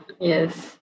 Yes